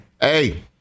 Hey